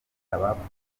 abapfuye